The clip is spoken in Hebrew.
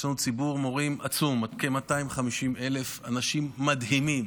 יש לנו ציבור מורים עצום, כ-250,000 אנשים מדהימים